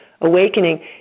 awakening